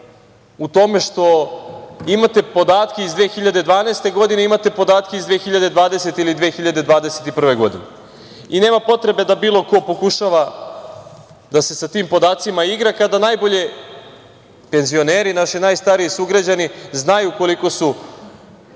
u tome što imate podatke iz 2012. godine, imate podatke iz 2020. ili 2021. godine. Nema potrebe da bilo ko pokušava da se sa tim podacima igra, kada najbolje penzioneri naši najstariji sugrađani znaju koliko su